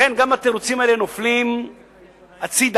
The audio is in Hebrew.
לכן גם התירוצים האלה נופלים הצדה.